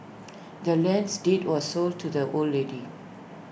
the land's deed was sold to the old lady